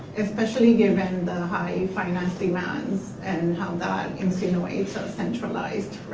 especially given the high finance demands and how that insinuates a centralized